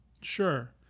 sure